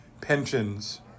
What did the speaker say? pensions